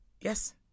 yes